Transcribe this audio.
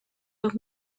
los